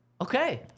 okay